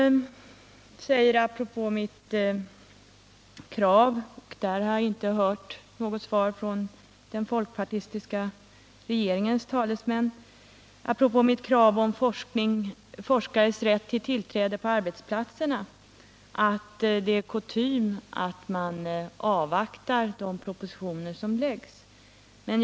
Apropå mitt krav på forskares rätt att få tillträde till arbetsplatserna sade Georg Andersson — och här har jag inte fått något svar från den folkpartistiska regeringens talesmän — att det är kutym att avvakta de propositioner som läggs fram.